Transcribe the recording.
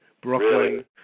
Brooklyn